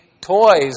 toys